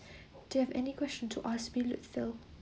do you have any questions to ask been you feel